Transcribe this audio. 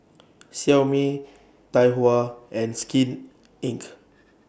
Xiaomi Tai Hua and Skin Inc